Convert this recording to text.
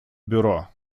бюро